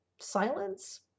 silence